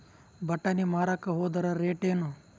ಬಟಾನಿ ಮಾರಾಕ್ ಹೋದರ ರೇಟೇನು?